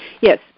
Yes